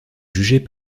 jugées